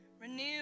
Renew